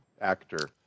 actor